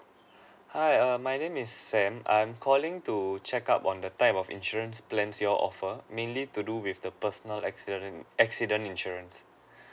hi err my name is sam I'm calling to check out on the type of insurance plans you're offer mainly to do with the personal accident accident insurance